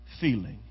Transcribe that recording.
feeling